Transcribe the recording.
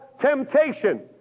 temptation